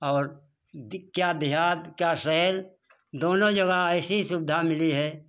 और क्या देहात क्या शहर दोनों जगह ऐसी सुविधा मिली है